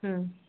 ಹ್ಞೂ